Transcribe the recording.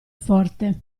forte